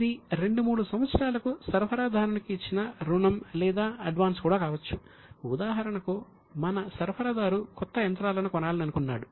ఇది రెండు మూడు సంవత్సరాలకు సరఫరాదారునికి ఇచ్చిన రుణం లేదా అడ్వాన్స్ కూడా కావచ్చు ఉదాహరణకు మన సరఫరాదారు కొత్త యంత్రాలను కొనాలని అనుకున్నాడు